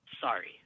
sorry